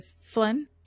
Flynn